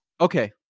Okay